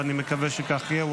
ואני מקווה שכך יהיה.